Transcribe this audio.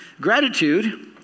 gratitude